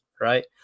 right